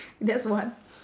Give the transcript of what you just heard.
that's one